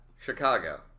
Chicago